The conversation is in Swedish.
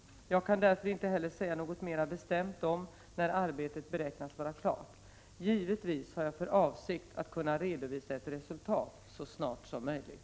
Jag kan därför inte heller säga något mera bestämt om när arbetet beräknas vara klart. Givetvis har jag för avsikt att kunna redovisa ett resultat så snart som möjligt.